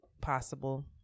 possible